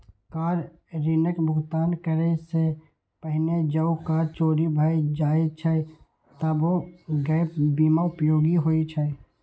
car ऋणक भुगतान करै सं पहिने जौं कार चोरी भए जाए छै, तबो गैप बीमा उपयोगी होइ छै